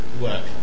work